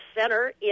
Center